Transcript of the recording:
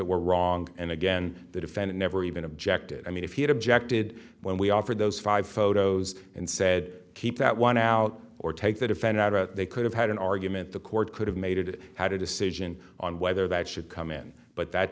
it were wrong and again the defendant never even objected i mean if he had objected when we offered those five photos and said keep that one out or take that offend out of it they could have had an argument the court could have made it how to decision on whether that should come in but that